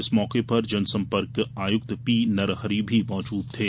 इस मौके पर जनसंपर्क आयुक्त पी नरहरि भी मौजूद थे